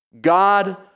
God